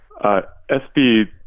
SB